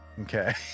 Okay